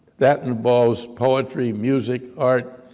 that involves poetry, music, art,